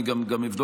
אני גם אבדוק.